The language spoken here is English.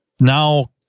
Now